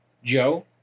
Joe